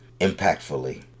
impactfully